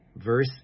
Verse